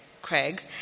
Craig